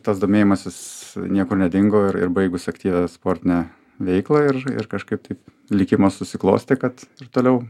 tas domėjimasis niekur nedingo ir baigus aktyvią sportinę veiklą ir ir kažkaip taip likimas susiklostė kad ir toliau